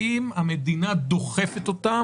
האם המדינה דוחפת אותם,